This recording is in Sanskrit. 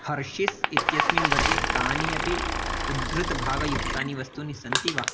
हर्शीस् इत्यस्मिन् वर्गे कानि अपि उद्धृतभागयुक्तानि वस्तूनि सन्ति वा